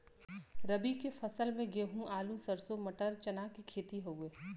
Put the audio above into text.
रबी के फसल में गेंहू, आलू, सरसों, मटर, चना के खेती हउवे